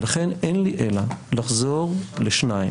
ולכן, אין לי אלא לחזור לשניים.